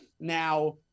Now